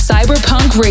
Cyberpunk